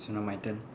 so now my turn